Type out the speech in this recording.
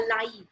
alive